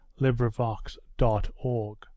Librivox.org